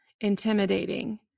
intimidating